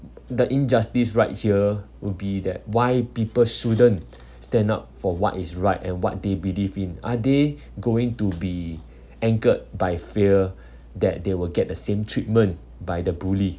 the injustice right here would be that why people shouldn't stand up for what is right and what they believe in are they going to be anchored by fear that they will get the same treatment by the bully